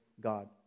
God